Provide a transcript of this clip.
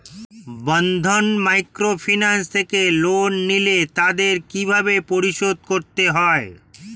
বন্ধন microfinance থেকে loan নিলে তাদের কিভাবে পরিশোধ করতে হয়?